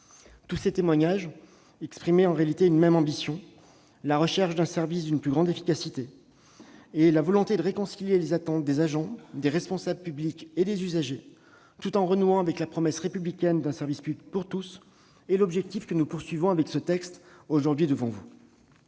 Tous ces témoignages traduisent en réalité une même ambition : la recherche d'un service d'une plus grande efficacité. Réconcilier les attentes des agents, des responsables publics et des usagers, tout en renouant avec la promesse républicaine d'un service public pour tous : tel est l'objectif du Gouvernement avec ce projet de loi aujourd'hui. C'est fort